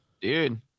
Dude